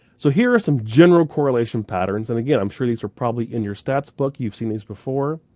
so here are some general correlation patterns and again, i'm sure these are probably in your stats book, you've seen these before.